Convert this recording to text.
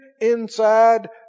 inside